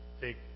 take